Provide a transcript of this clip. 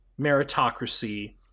meritocracy